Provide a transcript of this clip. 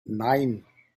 nein